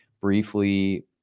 briefly